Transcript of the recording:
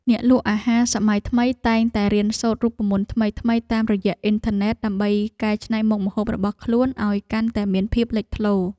អ្នកលក់អាហារសម័យថ្មីតែងតែរៀនសូត្ររូបមន្តថ្មីៗតាមរយៈអ៊ីនធឺណិត ដើម្បីកែច្នៃមុខម្ហូបរបស់ខ្លួនឱ្យកាន់តែមានភាពលេចធ្លោ។